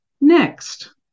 next